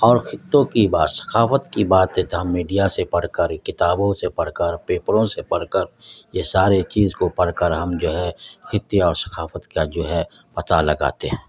اور خطوں کی بات ثقافت کی بات ہے تو ہم میڈیا سے پڑھ کر کتابوں سے پڑھ کر پیپروں سے پڑھ کر یہ سارے چیز کو پڑھ کر ہم جو ہے خطے اور ثقافت کا جو ہے پتہ لگاتے ہیں